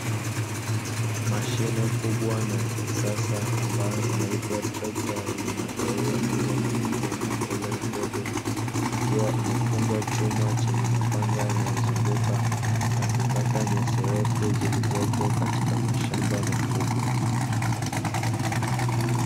Mashine kubwa na ya kisasa ambayo inaitwa trekta yenye matairi ya nyuma makubwa na ya mbele madogo ikiwa imefungwa chuma chenye mapanga yanayozunguka na kukata nyasi refu zilizopo katika mashamba makubwa.